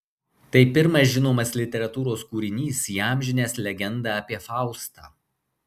tai pirmas žinomas literatūros kūrinys įamžinęs legendą apie faustą